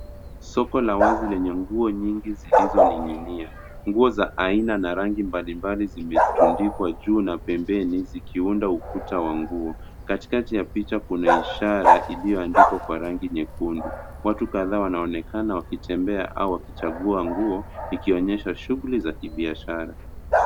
Soko la wazi lenye nguo nyingi zilizoningiia, nguo za aina na rangi mbalimbali zimetundikwa juu na pembeni zikiunda ukuta wa nguo. Katikati ya picha kuna ishara iliyoandikwa kwa rangi nyekundu, watu kadhaa wanaonekana wakitembea au wakichagua nguo ikionyesha shughuliza kibiashara.